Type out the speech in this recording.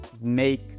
make